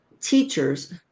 teachers